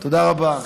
תודה רבה.